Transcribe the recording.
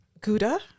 Gouda